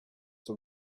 the